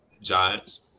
Giants